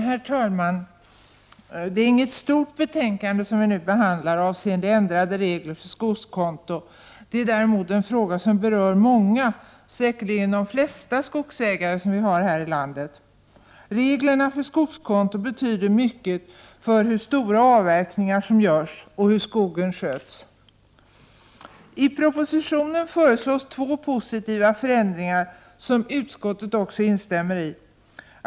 Herr talman! Det betänkande vi nu behandlar avseende ändrade regler för 13 december 1988 skogskonto är inte stort. Det är däremot en fråga som berör många, 4. godo säkerligen de flesta skogsägarna i landet. Reglerna för skogskonto betyder mycket för hur stora avverkningar som görs och hur skogen sköts. I propositionen föreslås två positiva förändringar som utskottet också instämmer i.